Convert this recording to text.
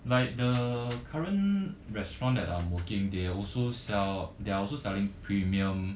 like the current restaurant that I'm working they also sell they are also selling premium